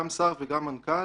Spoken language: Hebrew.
גם שר וגם מנכ"ל,